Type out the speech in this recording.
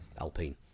Alpine